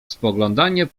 spoglądanie